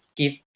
give